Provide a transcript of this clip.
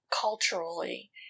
culturally